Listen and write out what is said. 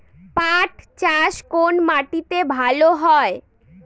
পাট চাষ কোন মাটিতে ভালো হয়?